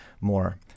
more